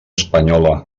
espanyola